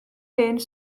hen